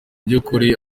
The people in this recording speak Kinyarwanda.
by’ukuri